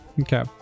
okay